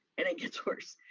and it gets worse.